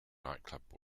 nightclub